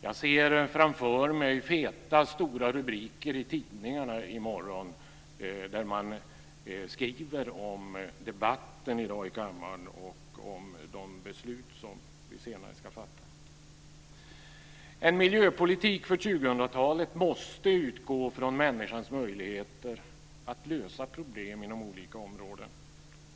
Jag ser framför mig feta, stora rubriker i tidningarna i morgon där man skriver om debatten i kammaren i dag och om de beslut som vi senare ska fatta. En miljöpolitik för 2000-talet måste utgå från människans möjligheter att lösa problem inom olika områden.